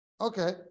Okay